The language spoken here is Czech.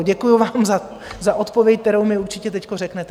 Děkuju vám za odpověď, kterou mi určitě teď řeknete.